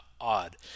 odd